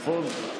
נכון?